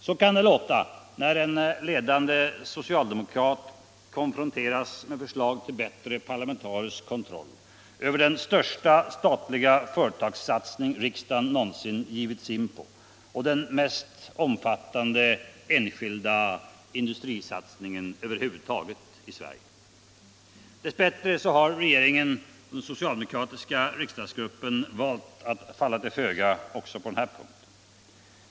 Så kan det låta, när en ledande socialdemokrat konfronteras med förslag till bättre parlamentarisk kontroll över den största statliga företagssatsning riksdagen någonsin givit sig in på och den mest omfattande enskilda industrisatsningen över huvud taget i Sverige. Dess bättre har regeringen och den socialdemokratiska riksdagsgruppen valt att falla till föga också på den här punkten.